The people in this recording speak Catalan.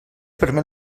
permet